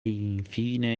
infine